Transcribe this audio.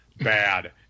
bad